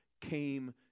came